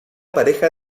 pareja